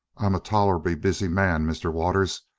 i'm a tolerable busy man, mr waters,